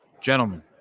Gentlemen